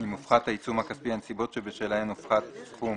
אם הופחת העיצום הכספי הנסיבות שבשלהן הופחת סכום